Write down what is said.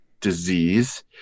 disease